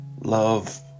love